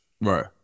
Right